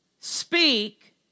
speak